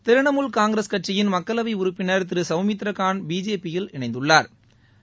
திரணமூல் காங்கிரஸ் கட்சியின் மக்களவை உறுப்பினர் திரு சௌமித்ராகான் பிஜேபி யில் இணைந்துள்ளாா்